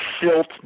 silt